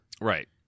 Right